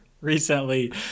recently